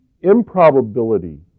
improbability